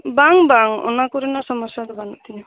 ᱵᱟᱝ ᱵᱟᱝ ᱚᱱᱟ ᱠᱚᱨᱮᱱᱟᱜ ᱥᱚᱢᱚᱥᱥᱟ ᱫᱚ ᱵᱟᱱᱩᱜ ᱛᱤᱧᱟᱹ